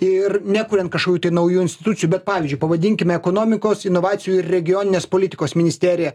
ir nekuriant kašokių tai naujų institucijų bet pavyzdžiui pavadinkime ekonomikos inovacijų ir regioninės politikos ministerija